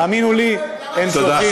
האמינו לי, הם, עודד,